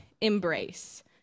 embrace